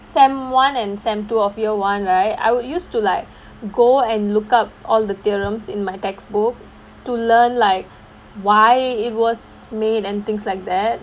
semester one and sem two of year one right I would use to like go and look up all the theorems in my textbook to learn like why it was made and things like that